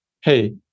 hey